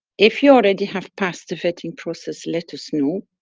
if you already have passed the vetting process, let us know.